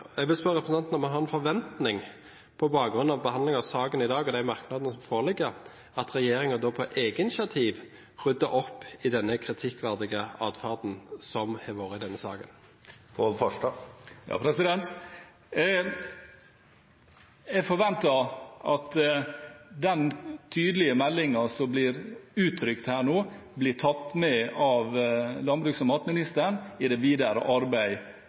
om, på bakgrunn av behandlingen av saken i dag og de merknadene som foreligger, at regjeringen da på eget initiativ rydder opp i den kritikkverdige adferden som har vært i denne saken? Jeg forventer at den tydelige meldingen som blir uttrykt her nå, blir tatt med av landbruks- og matministeren i det videre